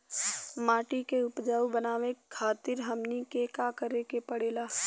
माटी के उपजाऊ बनावे खातिर हमनी के का करें के पढ़ेला?